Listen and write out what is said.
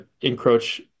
encroach